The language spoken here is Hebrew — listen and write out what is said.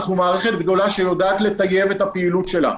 אנחנו מערכת גדולה שיודעת לטייב את הפעילות שלה,